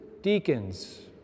deacons